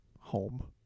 home